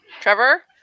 Trevor